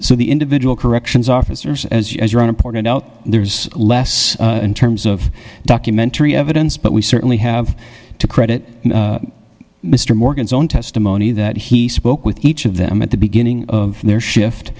so the individual corrections officers as you pointed out there's less in terms of documentary evidence but we certainly have to credit mr morgan's own testimony that he spoke with each of them at the beginning of their shift